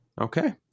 Okay